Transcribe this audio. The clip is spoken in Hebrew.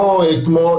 לא אתמול,